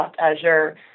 Azure